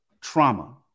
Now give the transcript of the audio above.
trauma